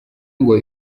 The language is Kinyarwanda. ngo